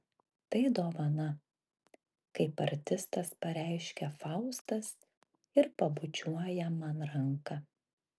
tai dovana kaip artistas pareiškia faustas ir pabučiuoja man ranką